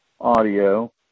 audio